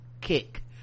kick